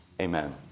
Amen